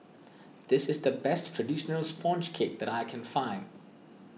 this is the best Traditional Sponge Cake that I can find